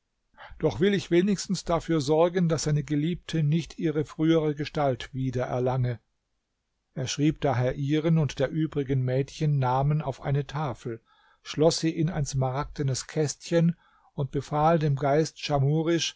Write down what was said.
doch will ich wenigstens dafür sorgen daß seine geliebte nicht ihre frühere gestalt wieder erlange er schrieb daher ihren und der übrigen mädchen namen auf eine tafel schloß sie in ein smaragdenes kästchen und befahl dem geist